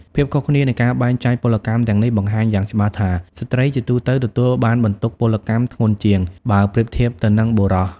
ភាពខុសគ្នានៃការបែងចែកពលកម្មទាំងនេះ បង្ហាញយ៉ាងច្បាស់ថា ស្ត្រីជាទូទៅទទួលបានបន្ទុកពលកម្មធ្ងន់ជាង បើប្រៀបធៀបទៅនឹងបុរស។